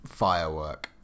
firework